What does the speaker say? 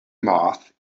moth